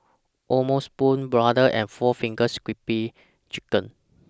O'ma Spoon Brother and four Fingers Crispy Chicken